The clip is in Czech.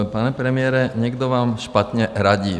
Pane premiére, někdo vám špatně radil.